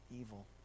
evil